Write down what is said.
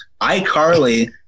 iCarly